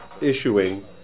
issuing